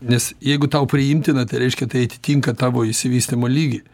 nes jeigu tau priimtina tai reiškia tai atitinka tavo išsivystymo lygį